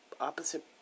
opposite